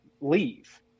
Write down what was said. leave